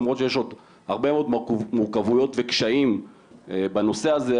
למרות שיש עוד הרבה מאוד מורכבויות וקשיים בנושא הזה,